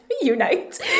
unite